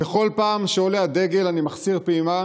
בכל פעם שעולה הדגל אני מחסיר פעימה.